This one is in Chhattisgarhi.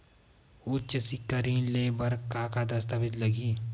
उच्च सिक्छा ऋण ले बर का का दस्तावेज लगही?